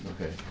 Okay